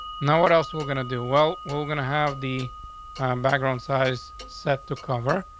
know what else we're gonna do? well, we're gonna have the i'm background size set to cover.